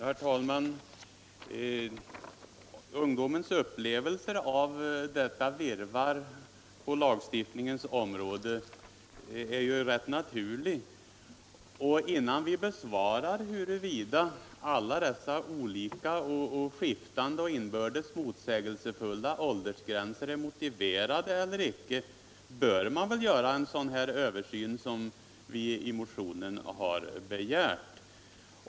Herr talman! Ungdomens upplevelser av detta virrvarr på lagstiftningsområdet är ju rätt naturliga. Innan man svarar på om dessa skiftande och inbördes motsägelsefulla åldersgränser är motiverade eller inte, bör man väl göra en översyn som vi i motionen har begärt.